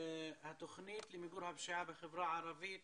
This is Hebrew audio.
התוכנית למיגור הפשיעה בחברה הערבית